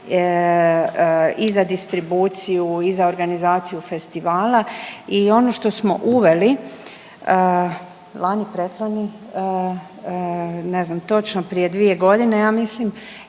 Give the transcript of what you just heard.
i za distribuciju i za organizaciju festivala. I ono što smo uveli lani, preklani, ne znam točno prije dvije godine ja mislim